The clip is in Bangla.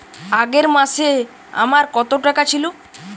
আগের মাসে আমার কত টাকা ছিল?